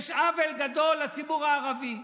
יש עוול גדול לציבור הערבי,